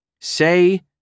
Say